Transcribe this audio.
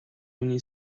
хүний